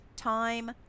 Time